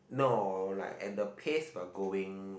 no like at the pace we're going